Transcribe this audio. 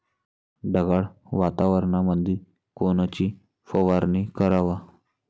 ढगाळ वातावरणामंदी कोनची फवारनी कराव?